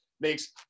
Makes